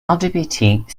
lgbt